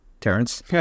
Terrence